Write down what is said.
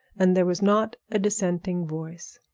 and there was not a dissenting voice.